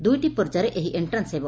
ଦୂଇଟି ପର୍ଯ୍ୟାୟରେ ଏହି ଏକ୍ଷ୍ରାନ୍ସ ହେବ